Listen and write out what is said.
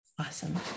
Awesome